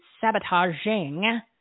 sabotaging